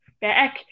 back